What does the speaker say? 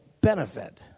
benefit